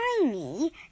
Tiny